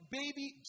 baby